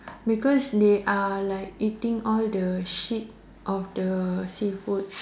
because they are like eating all the shit of the seafood